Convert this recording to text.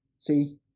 See